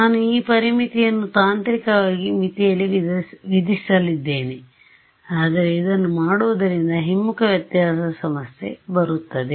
ನಾನು ಈ ಪರಿಮಿತಿಯನ್ನು ತಾಂತ್ರಿಕವಾಗಿ ಮಿತಿಯಲ್ಲಿ ವಿಧಿಸಲಿದ್ದೇನೆ ಆದರೆ ಇದನ್ನು ಮಾಡುವುದರಿಂದ ಹಿಮ್ಮುಖ ವ್ಯತ್ಯಾಸದ ಸಮಸ್ಯೆ ಬರುತ್ತದೆ